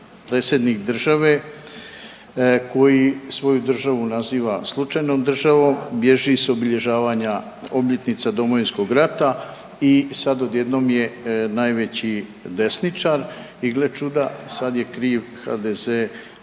Predsjednik države koji svoju državu naziva slučajnom državom, bježi s obilježavanja obljetnica Domovinskog rata i sad odjednom je najveći desničar i gle čuda, sad je kriv HDZ